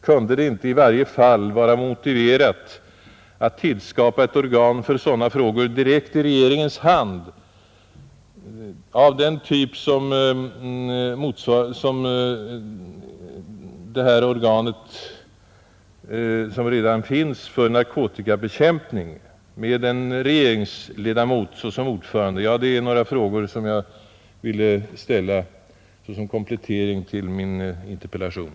Kunde det inte i varje fall vara motiverat att tillskapa ett organ 41 för sådana frågor direkt i regeringens hand, av den typ som redan finns för narkotikabekämpning med en regeringsledamot som ordförande? Ja, detta är några frågor som jag ville ställa som komplement till min interpellation.